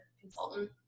consultant